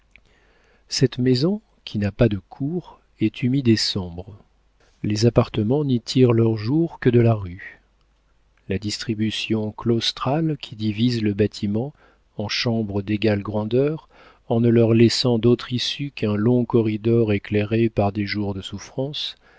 cette maison qui n'a pas de cour est humide et sombre les appartements n'y tirent leur jour que de la rue la distribution claustrale qui divise le bâtiment en chambres d'égale grandeur en ne leur laissant d'autre issue qu'un long corridor éclairé par des jours de souffrance